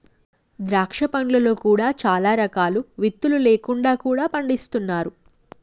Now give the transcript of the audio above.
ద్రాక్ష పండ్లలో కూడా చాలా రకాలు విత్తులు లేకుండా కూడా పండిస్తున్నారు